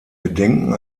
gedenken